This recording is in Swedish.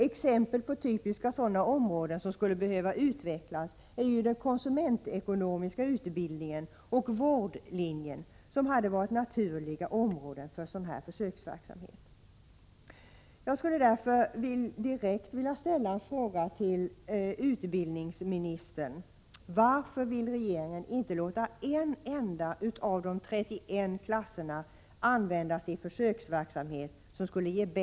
Exempel på typiska sådana områden som skulle behöva utvecklas är den konsumentekonomiska utbildningen och vårdlinjen, som hade varit naturliga områden för sådan försöksverksamhet.